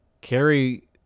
carry